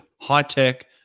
high-tech